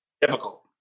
difficult